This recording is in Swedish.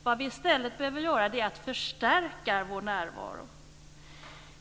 Vad vi i stället behöver göra är att förstärka vår närvaro.